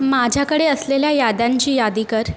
माझ्याकडे असलेल्या याद्यांची यादी कर